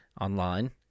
online